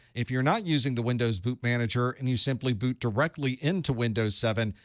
if you're not using the windows boot manager, and you simply boot directly into windows seven,